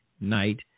night